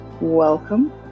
Welcome